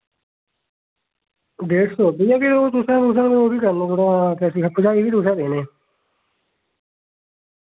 डेढ़ सौ भैया फ्ही ओ तुसें तुसें ओह् बी करना थोह्ड़ा भरजाई बी तुसें देने